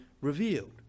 revealed